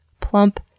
plump